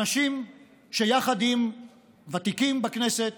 אנשים שיחד עם ותיקים בכנסת